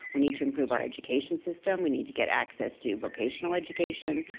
we need to improve our education system. we need to get access to vocational education.